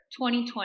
2020